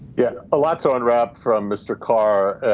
yeah. a lot to unwrap from mr. karr